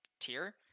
tier